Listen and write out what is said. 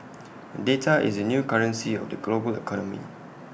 data is the new currency of the global economy